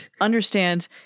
understand